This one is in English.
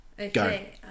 Okay